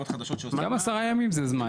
גם עשרה ימים זה זמן.